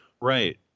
Right